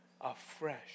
afresh